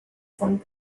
some